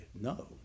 no